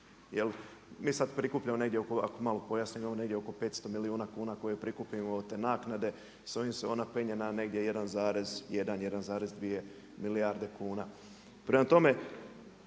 Jer mi sada prikupljam negdje oko, ako malo pojasnimo imamo negdje oko 500 milijuna kuna koje prikupimo oko te naknade, s ovim se ona penje na negdje 1,1, 1,2 milijarde kuna. Prema tome,